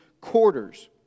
quarters